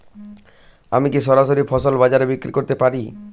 আমি কি সরাসরি ফসল বাজারে বিক্রি করতে পারি?